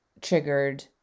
triggered